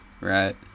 right